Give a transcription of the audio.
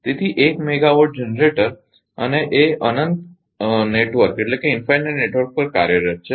તેથી એક 100 megawatt generator એ અનંત નેટવર્ક પર કાર્યરત છે બરાબર